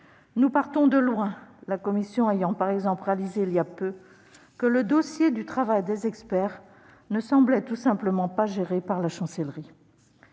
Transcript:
Nous partons de loin : la commission a, par exemple, réalisé, il y a peu, que le dossier du travail des experts ne semblait tout simplement pas géré par la Chancellerie.